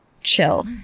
chill